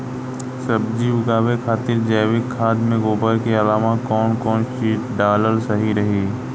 सब्जी उगावे खातिर जैविक खाद मे गोबर के अलाव कौन कौन चीज़ डालल सही रही?